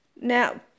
now